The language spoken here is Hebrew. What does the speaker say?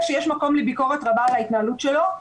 שיש מקום לביקורת רבה על ההתנהלות שלו,